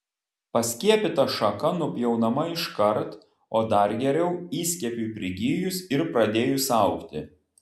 paskiepyta šaka nupjaunama iškart o dar geriau įskiepiui prigijus ir pradėjus augti